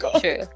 true